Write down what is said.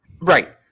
Right